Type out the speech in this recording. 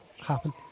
happen